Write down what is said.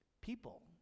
people